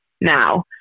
now